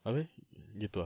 habis gitu ah